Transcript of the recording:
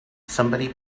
somebody